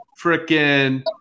freaking